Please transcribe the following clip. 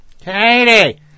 Katie